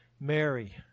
Mary